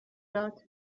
داد